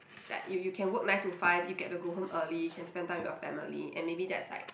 like you you can work nine to five you get to go home early can spend time with your family and maybe that's like